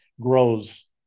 grows